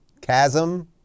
chasm